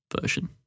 version